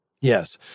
Yes